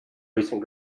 recent